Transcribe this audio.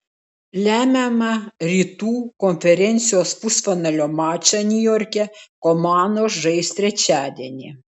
lemiamą rytų konferencijos pusfinalio mačą niujorke komandos žais trečiadienį